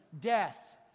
death